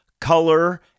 color